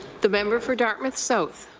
the member for dartmouth south.